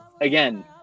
Again